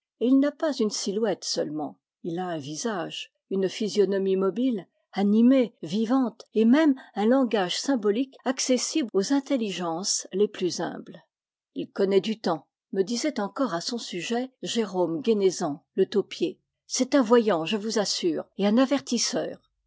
il n'a pas une silhouette seulement il a un visage une physionomie mobile animée vivante et même un langage symbolique accessible aux intelligences les plus humbles le jandy le guindy le trieux et le guer ii connaît du temps me disait encore à son sujet jérôme guénézan le taupier c'est un voyant je vous assure et un avertisseur